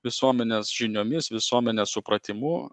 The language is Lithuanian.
visuomenės žiniomis visuomenės supratimu